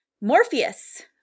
Morpheus